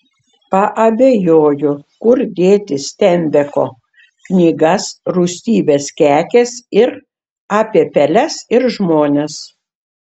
paabejojo kur dėti steinbeko knygas rūstybės kekės ir apie peles ir žmones